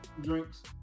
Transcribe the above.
drinks